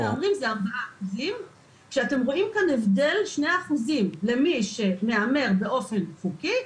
אתם רואים כאן הבדל של 2% למי שמהר באופן חוקי,